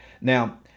Now